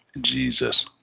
Jesus